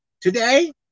Today